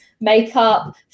makeup